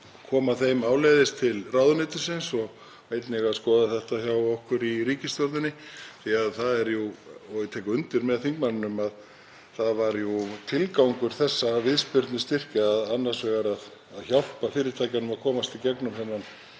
koma henni áleiðis til ráðuneytisins og einnig skoða þetta hjá okkur í ríkisstjórninni. Ég tek undir með þingmanninum að það var jú tilgangur þessara viðspyrnustyrkja annars vegar að hjálpa fyrirtækjunum að komast í gegnum þennan